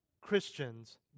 Christians